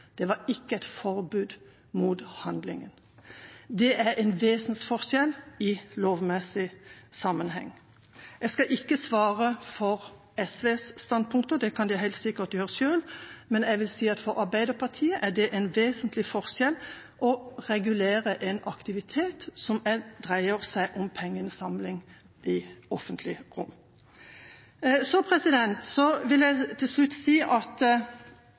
det var ikke et forbud mot handlingen. Det er en vesensforskjell i lovmessig sammenheng. Jeg skal ikke svare for SVs standpunkter – det kan de helt sikkert gjøre selv – men jeg vil si at for Arbeiderpartiet er det en vesentlig forskjell å regulere en aktivitet som dreier seg om pengeinnsamling i offentlige rom. Så vil jeg til slutt si at